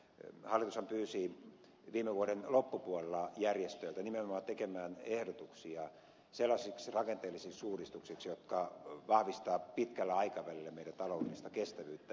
hallitushan pyysi viime vuoden loppupuolella järjestöjä nimenomaan tekemään ehdotuksia sellaisiksi rakenteellisiksi uudistuksiksi jotka vahvistavat pitkällä aikavälillä meidän taloudellista kestävyyttämme